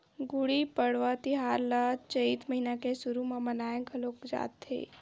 गुड़ी पड़वा तिहार ल चइत महिना के सुरू म मनाए घलोक जाथे